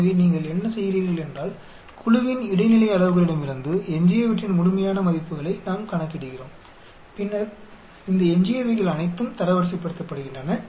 எனவே நீங்கள் என்ன செய்கிறீர்கள் என்றால் குழுவின் இடைநிலை அளவுகளிடமிருந்து எஞ்சியவற்றின் முழுமையான மதிப்புகளை நாம் கணக்கிடுகிறோம் பின்னர் இந்த எஞ்சியவைகள் அனைத்தும் தரவரிசைப்படுத்தப்படுகின்றன